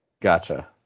Gotcha